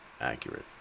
accurate